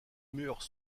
murs